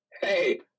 Hey